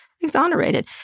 exonerated